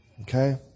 okay